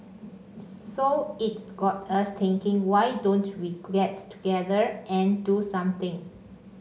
so it got us thinking why don't we get together and do something